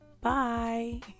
Bye